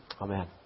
Amen